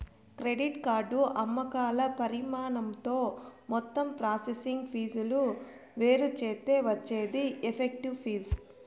credit card అమ్మకాల పరిమాణంతో మొత్తం ప్రాసెసింగ్ ఫీజులు వేరుచేత్తే వచ్చేదే ఎఫెక్టివ్ ఫీజు